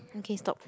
okay stop